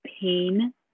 pain